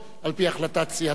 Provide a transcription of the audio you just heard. על-פי החלטת סיעתו,